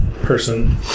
person